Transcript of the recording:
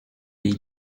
des